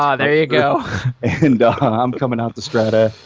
ah there you go and i'm coming out to strata.